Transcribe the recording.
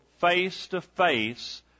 face-to-face